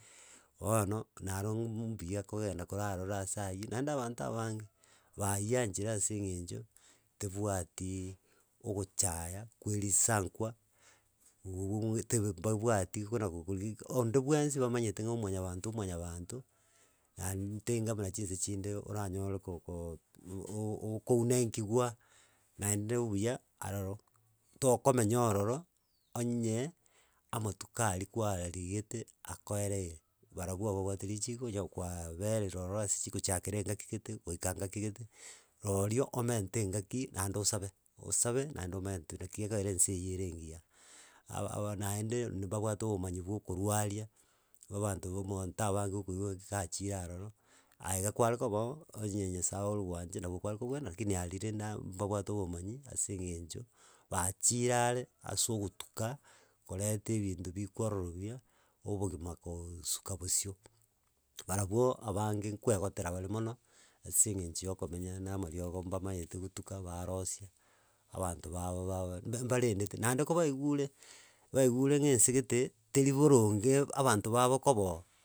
Bono narooo ng'uumum mbuya kogenda korarora ase aywo, naende abanto abange bayeanchire ase eng'encho tebwatiiii ogochaya kwa erisankwa, gu gu gu ng'we tebe mbabwati kona gokorigi onde bwensi bamanyete ng'a omonyabanto omonyabanto naente enga buna chinsa chinde oranyore koko o- o ookounenkiwa, naende obuya aroro tokomenya ororo, onye amatuko aria kwarigete akoereire barabwo aba babwate richiko onye kwaberire ororo ase chikochakera engaki gete goika ngaki gete, rorio omente engaki naende osabe osabe naende omentwe naki gekogera ense eywo ere engiya. Aba aba naende ni mbabwate obomanyi bwa okorwaria, abanto bo omonto abagokoigwa ekikachire aroro, aiga kware koba oo onye nyasaye ore gwancha nabo kware kobwena, lakini aria rende aaa mbabwate obomanyi, ase eng'encho, baachire are ase ogotuka koreta ebinto bikororobio obogima kooosuka bosio. Barabwo abange nkoegotera bare mono, ase eng'encho ya okomenya na amariogo mbamaete gotuka barosia, abanto babo baba mbarendete, naende kobaigure baigure ng'a ense gete, teri boronge abanto babo koba oo.